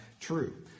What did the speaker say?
true